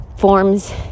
forms